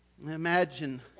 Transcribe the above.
Imagine